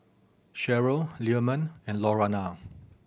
Cheryl Leamon and Lurana